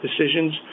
decisions